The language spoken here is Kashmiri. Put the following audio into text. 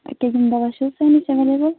کِڈٕنی دَوا چھےٚ حظ تۅہہِ نِش ایٚویلیبٕل